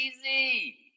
easy